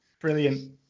Brilliant